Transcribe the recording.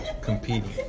competing